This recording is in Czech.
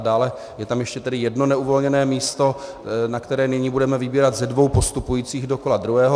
Dále je tam ještě tedy jedno neuvolněné místo, na které nyní budeme vybírat ze dvou postupujících do kola druhého.